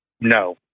No